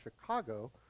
Chicago